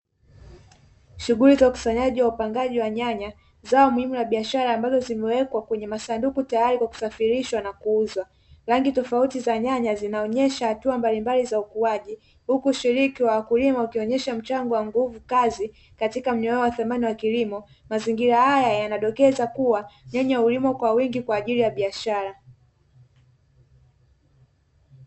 Shughuli za ukusanyaji na upangaji wa nyanya zao muhimu la biashara ambazo zimewekwa kwenye masanduku tayari kwa kusafirishwa na kuuzwa, rangi tofauti za nyanya zinaonesha hatua mbalimbali za ukuaji; huku ushiriki wa wakulima ukionesha mchango wa nguvu kazi katika mnyororo wa thamani wa kilimo, mazingira haya yanadokeza kuwa nyanya ulimwa kwa wingi kwa ajili ya biashara.